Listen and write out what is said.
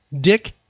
Dick